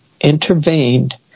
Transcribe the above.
intervened